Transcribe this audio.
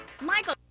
Michael